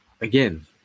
Again